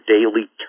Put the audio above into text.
daily